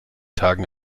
tagen